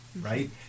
Right